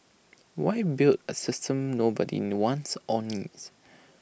why build A system nobody no wants or needs